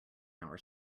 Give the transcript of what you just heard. our